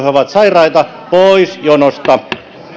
ovat sairaita pois jonosta